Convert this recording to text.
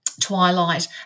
Twilight